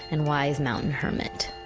and wise mountain hermit.